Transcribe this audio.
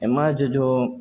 એમાં જ જો